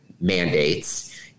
mandates